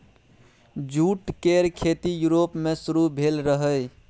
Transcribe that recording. jute केर खेती Europe मे शुरु भेल रहइ